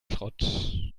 schrott